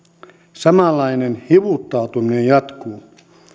samanlainen hivuttautuminen jatkuu